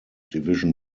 division